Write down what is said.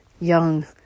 young